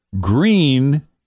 green